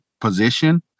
position